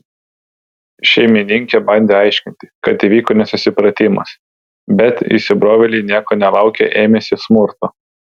šeimininkė bandė aiškinti kad įvyko nesusipratimas bet įsibrovėliai nieko nelaukę ėmėsi smurto